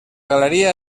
galeria